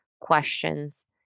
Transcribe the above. questions